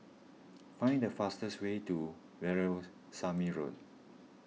find the fastest way to Road